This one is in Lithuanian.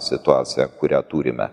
situaciją kurią turime